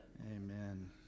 Amen